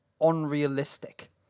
unrealistic